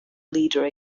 leader